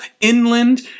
inland